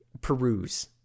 peruse